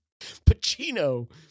Pacino